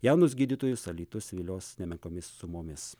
jaunus gydytojus alytus vilios nemenkomis sumomis